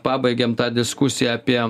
pabaigėm tą diskusiją apie